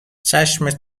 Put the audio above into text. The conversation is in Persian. چشم